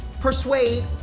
persuade